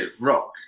rock